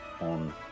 on